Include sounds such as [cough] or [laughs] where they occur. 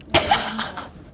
[laughs]